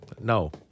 no